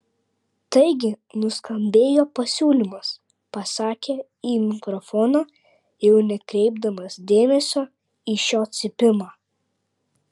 taigi nuskambėjo pasiūlymas pasakė į mikrofoną jau nekreipdamas dėmesio į šio cypimą